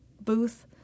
booth